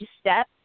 step